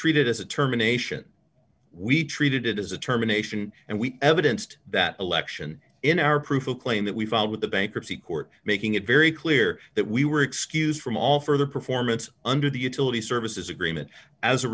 treated as a terminations we treated it as a terminations and we evidenced that election in our proof a claim that we filed with the bankruptcy court making it very clear that we were excused from all further performance under the utility services agreement as a